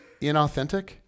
inauthentic